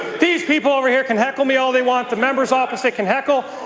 these people over here can heckle me all they want. the members opposite can heckle.